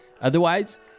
Otherwise